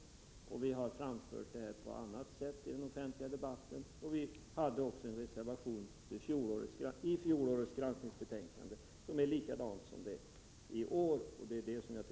Vi har vidare framfört det på annat sätt i den offentliga debatten, och vi hade i fjolårets granskningsbetänkanden likadan reservation som den vi har i årets.